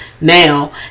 now